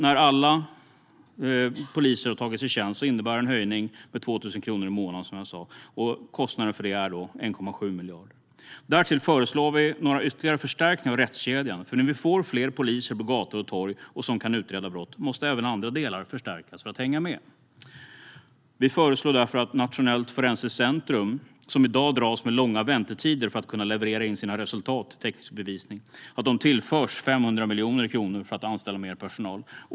När alla poliser har tagits i tjänst innebär det en höjning med 2 000 kronor i månaden, som jag sa. Kostnaden för det är 1,7 miljarder. Därtill föreslår vi några ytterligare förstärkningar av rättskedjan, för när vi får fler poliser som är på gator och torg och som kan utreda brott måste även andra delar förstärkas för att hänga med. Vi föreslår därför att Nationellt forensiskt centrum, som i dag dras med långa väntetider när det gäller att leverera in resultat till teknisk bevisning, tillförs 500 miljoner kronor för att anställa mer personal.